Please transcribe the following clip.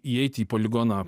įeiti į poligoną